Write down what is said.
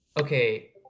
okay